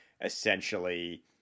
essentially